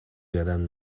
یادم